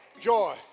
joy